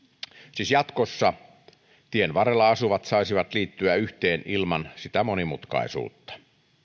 siis jatkossa tien varrella asuvat saisivat liittyä yhteen ilman sitä monimutkaisuutta